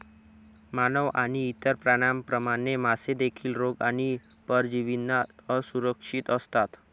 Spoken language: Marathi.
मानव आणि इतर प्राण्यांप्रमाणे, मासे देखील रोग आणि परजीवींना असुरक्षित असतात